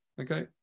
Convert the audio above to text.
Okay